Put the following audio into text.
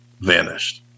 vanished